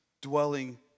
dwelling